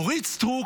אורית סטרוק